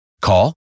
Call